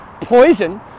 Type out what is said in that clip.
poison